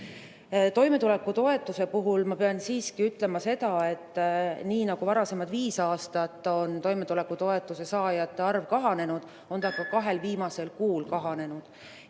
Toimetulekutoetuse kohta pean ma siiski ütlema seda, et nii nagu varasemad viis aastat on toimetulekutoetuse saajate arv kahanenud, on see arv kahanenud